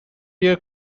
year